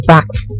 Facts